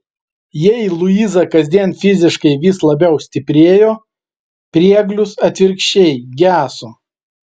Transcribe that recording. jei luiza kasdien fiziškai vis labiau stiprėjo prieglius atvirkščiai geso